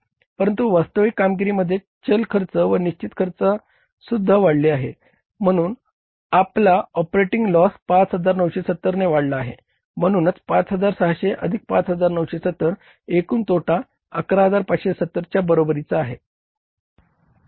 परंतु वास्तविक कामगिरीमध्ये चाल खर्च व निश्चित खर्चसुद्धा वाढले आहे म्हणून आपला ऑपरेटिंग लॉस 5970 ने वाढला आहे म्हणूनच 5600 अधिक 5970 एकूण तोटा 11570 च्या बरोबरीचा आहे